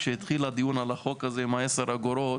כשהתחיל הדיון על החוק הזה עם ה-10 אגורות,